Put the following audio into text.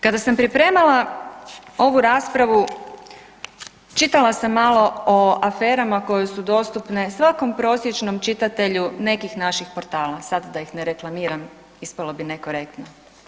Kada sam pripremala ovu raspravu, čitala sam malo o aferama koje su dostupne svakom prosječnom čitatelju nekih naših portala, sad da ih ne reklamiram, ispalo bi nekorektno.